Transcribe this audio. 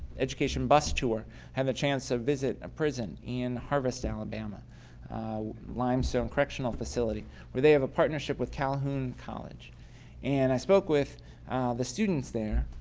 education bus tour had the chance to visit a prison in harvesttown in and um ah lymestone correctional facility where they have a partnership with calhoon college and i spoke with the students there,